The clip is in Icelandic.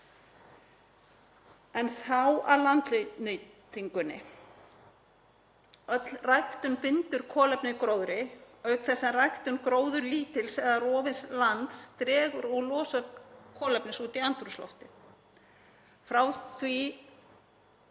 En þá að landnýtingunni. Öll ræktun bindur kolefni í gróðri auk þess sem ræktun gróðurlítils eða rofins lands dregur úr losun kolefnis út í andrúmsloftið. Frá því